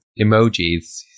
Emojis